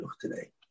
today